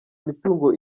imitungo